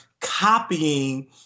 copying